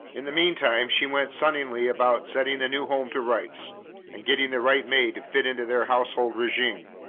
in the meantime she went sunnily about setting the new home to rights and getting the right maid to fit into their household regime.